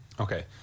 Okay